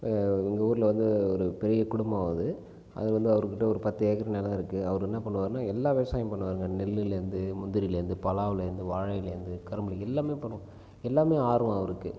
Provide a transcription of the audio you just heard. எங்கள் ஊரில் வந்து ஒரு பெரிய குடும்பம் அது அது வந்து அவரு கிட்டே ஒரு பத்து ஏக்கர் நிலம் இருக்குது அவரு என்ன பண்ணுவாருனால் எல்லா விவசாயமும் பண்ணுவாருங்க நெல்லுலிருந்து முந்திரிலிருந்து பலாவிலருந்து வாழையிலருந்து கரும்பில் எல்லாமே பணம் எல்லாமே ஆர்வம் அவருக்கு